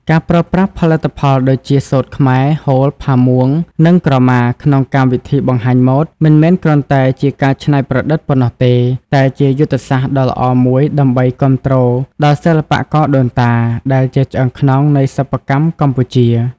ការប្រើប្រាស់ផលិតផលដូចជា សូត្រខ្មែរ ហូល ផាមួង និងក្រមា ក្នុងកម្មវិធីបង្ហាញម៉ូដ មិនមែនគ្រាន់តែជាការច្នៃប្រឌិតប៉ុណ្ណោះទេ តែជាយុទ្ធសាស្ត្រដ៏ល្អមួយដើម្បីគាំទ្រដល់ សិប្បករដូនតា ដែលជាឆ្អឹងខ្នងនៃសិប្បកម្មកម្ពុជា។